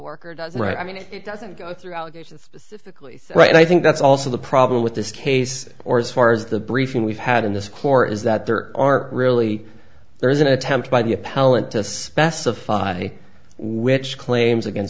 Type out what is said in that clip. does right i mean it doesn't go through allegation specifically right and i think that's also the problem with this case or as far as the briefing we've had in this court is that there are really there is an attempt by the appellant to specify which claims against